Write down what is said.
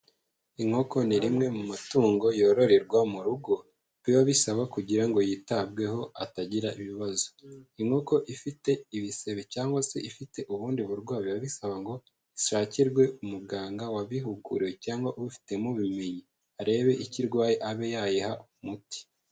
Inkoko ni rimwe mu matungo yororerwa mu rugo, biba bisaba kugira ngo yitabweho atagira ibibazo. Inkoko ifite ibisebe cyangwa se ifite ubundi burwayi biba bisaba ngo ishakirwe umuganga wabihuguriwe cyangwa ubifitemo ubumenyi arebe icyo irwaye, abe yayiha umuti.